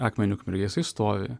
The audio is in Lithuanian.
akmeniu ukmergėj jisai stovi